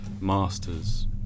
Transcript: masters